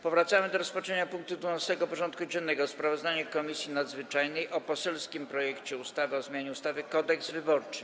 Powracamy do rozpatrzenia punktu 12. porządku dziennego: Sprawozdanie Komisji Nadzwyczajnej o poselskim projekcie ustawy o zmianie ustawy Kodeks wyborczy.